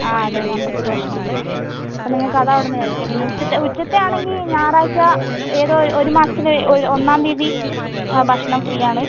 അതെ അതെ അമ്പലത്തില് ഭക്ഷണം ഉണ്ട് അപ്പോൾ നിങ്ങൾക്ക് അത് അവിടന്ന് കഴിക്കാം പിന്നെ ഉച്ചത്തെ ആണെങ്കിൽ ഞായറഴ്ച്ച ഏതോ ഒരു മാസത്തില് ഒന്നാം തിയ്യതി ഭക്ഷണം ഫ്രീയാണ്